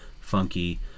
Funky